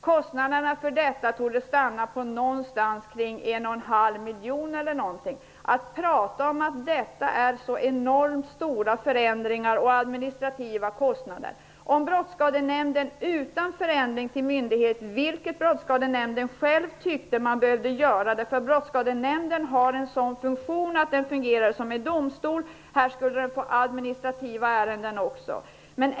Kostnaderna för detta torde stanna på någonstans kring 1,5 Man pratar om att detta är enormt stora förändringar och att det medför ökade administrativa kostnader. Brottsskadenämnden tyckte själv att man skulle bli en myndighet, eftersom man fungerar som en domstol. Då skulle man även få administrativa ärenden.